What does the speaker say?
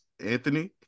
Anthony